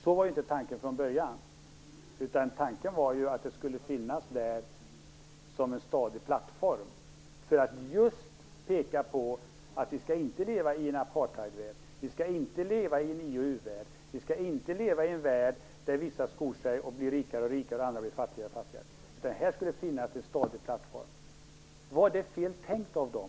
Så var inte tanken från början. Tanken var att det skulle finnas där som en stadig plattform, just för att peka på att vi inte skall leva i en apartheidvärld. Vi skall inte leva i en i och u-värld. Vi skall inte leva i en värld där vissa skor sig och blir rikare och rikare medan andra blir fattigare och fattigare, utan här skall det finnas en stadig plattform. Var det fel tänkt av dem?